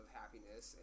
happiness